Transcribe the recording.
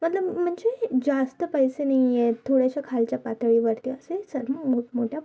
मतलब म्हणजे जास्त पैसे नाही आहेत थोड्याशा खालच्या पातळीवरती असेलं सदम मोठमोठ्या